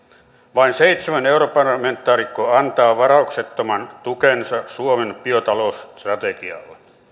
vain seitsemän europarlamentaarikkoa antaa varauksettoman tukensa suomen biotalousstrategialle